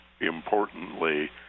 importantly